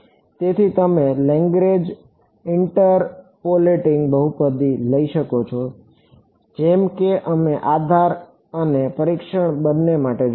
તેથી તમે Lagrange interpolating બહુપદી લઈ શકો છો જેમ કે અમે આધાર અને પરીક્ષણ બંને માટે જોયું છે